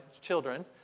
children